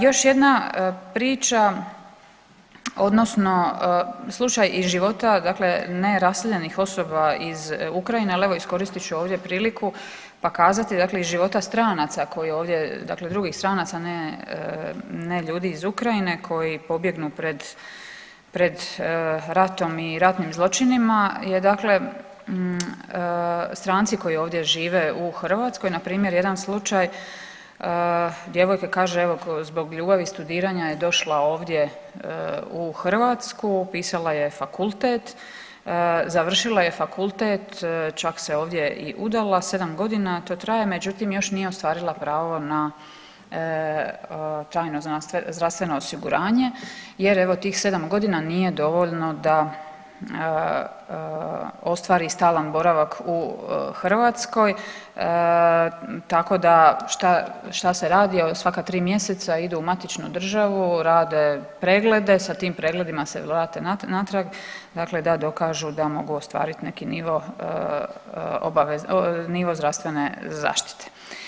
Još jedna priča odnosno slučaj iz života dakle neraseljenih osoba iz Ukrajine, ali evo iskoristit ću ovdje priliku pa kazati, dakle iz života stranaca koji ovdje, dakle drugih stanaca ne, ne ljudi iz Ukrajine koji pobjegnu pred, pred ratom i ratnim zločinima, je dakle stranici koji ovdje žive u Hrvatskoj npr. jedan slučaj djevojka kaže evo zbog ljubavi, studiranja je došla ovdje u Hrvatsku, upisala je fakultet, završila je fakultet, čak se ovdje i udala, 7 godina to traje međutim još nije ostvarila pravo na trajno zdravstveno osiguranje jer evo tih 7 godina nije dovoljno da ostvari stalan borak u Hrvatskoj tako da šta se radi, svaka 3 mjeseca ide u matičnu državu, rade preglede sa tim pregledima se vrate natrag, dakle da dokažu da mogu ostvariti neki nivo obaveza, nivo zdravstvene zaštite.